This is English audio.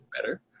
better